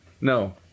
No